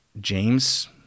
James